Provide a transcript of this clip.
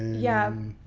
yeah,